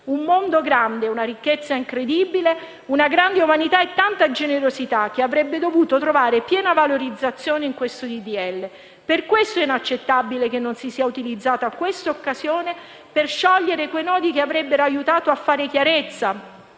un mondo grande, una ricchezza incredibile, una grande umanità e tanta generosità che avrebbe dovuto trovare piena valorizzazione nel disegno di legge in esame. Per questo è inaccettabile che non si sia utilizzata detta occasione per sciogliere quei nodi che avrebbero aiutato a fare chiarezza,